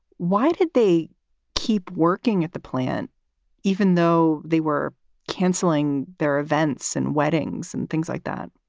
why did they keep working at the plant even though they were canceling their events and weddings and things like that?